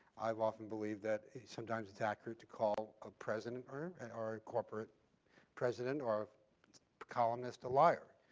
i've often believe that sometimes it's accurate to call a president, or and or a corporate president, or a columnist a liar,